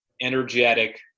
energetic